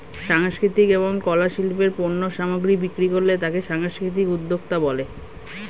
সাংস্কৃতিক এবং কলা শিল্পের পণ্য সামগ্রী বিক্রি করলে তাকে সাংস্কৃতিক উদ্যোক্তা বলে